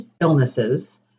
illnesses